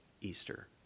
Easter